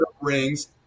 rings